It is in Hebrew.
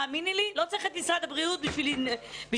האמיני לי שלא צריך את משרד הבריאות כדי להיזהר.